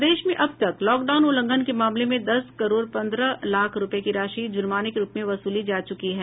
प्रदेश में अब तक लॉकडाउन उल्लंघन के मामले में दस करोड़ पन्द्रह लाख रूपये की राशि जुर्माने के रूप में वसूली जा चुकी है